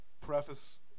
preface